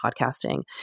podcasting